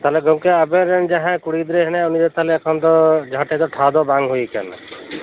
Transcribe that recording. ᱛᱟᱦᱚᱞᱮ ᱜᱚᱝᱠᱮ ᱟᱵᱮᱱ ᱨᱮᱱ ᱡᱟᱦᱟᱸᱭ ᱠᱩᱲᱤ ᱜᱤᱫᱽᱨᱟᱹ ᱦᱮᱱᱟᱭᱟ ᱩᱱᱤᱫᱚ ᱮᱠᱷᱚᱱ ᱫᱚ ᱡᱟᱦᱟᱸ ᱴᱷᱮᱡ ᱫᱚ ᱴᱷᱟᱸᱣ ᱫᱚ ᱵᱟᱝ ᱦᱩᱭ ᱟᱠᱟᱱᱟ